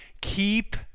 Keep